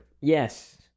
Yes